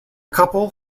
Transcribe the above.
couple